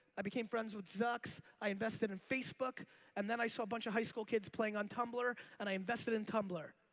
i became friends with zucks. i invested in facebook and then i saw a bunch of high school kids playing on tumblr and i invested in tumblr.